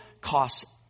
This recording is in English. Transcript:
costs